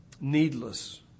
needless